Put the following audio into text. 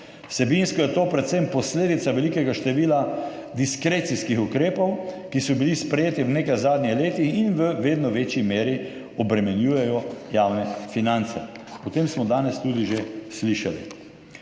Vsebinsko je to predvsem posledica velikega števila diskrecijskih ukrepov, ki so bili sprejeti v nekaj zadnjih letih in v vedno večji meri obremenjujejo javne finance.« O tem smo danes tudi že slišali.